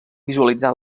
visualitzar